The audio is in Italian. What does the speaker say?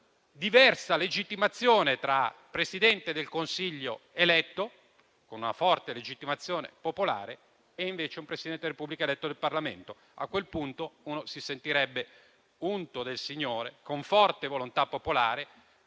diversa legittimazione tra Presidente del Consiglio eletto con una forte legittimazione popolare ed invece un Presidente da Repubblica eletto dal Parlamento: a quel punto, il primo si sentirebbe unto del Signore, forte della volontà popolare